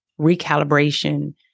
recalibration